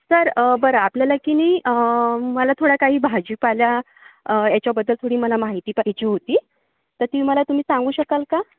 sir बरं आपल्याला की नाही मला थोडा काही भाजीपाला याच्याबद्दल थोडी मला माहिती पाहिजे होती तर ती मला तुम्ही सांगू शकाल का